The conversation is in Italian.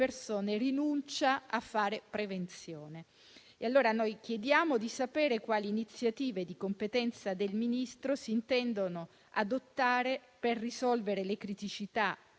persone rinuncia a fare prevenzione. Chiediamo allora di sapere quali iniziative, di competenza del Ministro, si intendono adottare per risolvere le criticità